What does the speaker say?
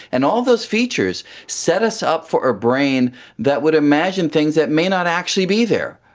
and all those features set us up for a brain that would imagine things that may not actually be there,